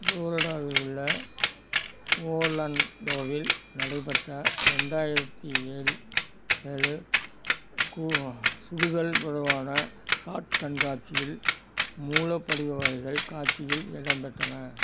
ஃபிளோரிடாவில் உள்ள ஓர்லன்டோவில் நடைபெற்ற ரெண்டாயிரத்து ஏழு ஏழு கூ சுடுதல் தொடர்பான ஷாட் கண்காட்சியில் மூலப்படிவ வகைகள் காட்சியில் இடம் பெற்றன